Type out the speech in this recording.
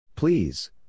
Please